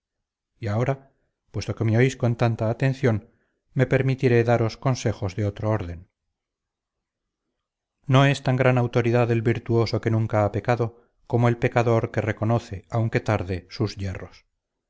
y ahora puesto que me oís con tanta atención me permitiré daros consejos de otro orden no es tan gran autoridad el virtuoso que nunca ha pecado como el pecador que reconoce aunque tarde sus yerros